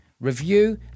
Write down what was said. Review